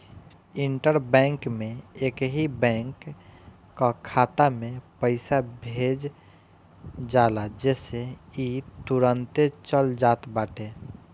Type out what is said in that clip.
inter bank में एकही bank कअ खाता में पईसा भेज जाला जेसे इ तुरंते चल जात बाटे